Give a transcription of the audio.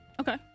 Okay